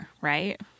right